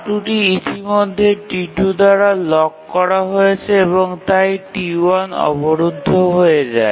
R2 টি ইতিমধ্যে T2 দ্বারা লক করা হয়েছে এবং তাই T1 অবরুদ্ধ হয়ে যায়